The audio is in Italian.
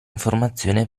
informazione